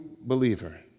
believer